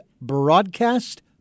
broadcast